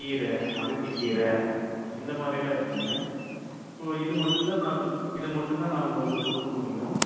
கீரை அகத்துக்கீரை இந்த மாதிரியெல்லாம் இருக்குதுங்க ஸோ இது மட்டும்தான் நாங்கள் இது மட்டும்தான் நான் உங்களுக்கு கொடுக்க முடியும்